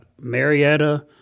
Marietta